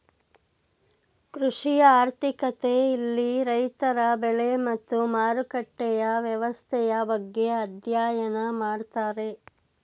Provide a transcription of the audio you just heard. ಕೃಷಿ ಆರ್ಥಿಕತೆ ಇಲ್ಲಿ ರೈತರ ಬೆಳೆ ಮತ್ತು ಮಾರುಕಟ್ಟೆಯ ವ್ಯವಸ್ಥೆಯ ಬಗ್ಗೆ ಅಧ್ಯಯನ ಮಾಡ್ತಾರೆ